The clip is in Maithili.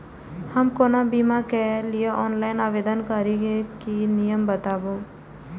हम कोनो बीमा के लिए ऑनलाइन आवेदन करीके नियम बाताबू?